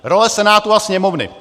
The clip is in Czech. Role Senátu a Sněmovny.